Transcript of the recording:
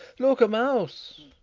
look, a mouse!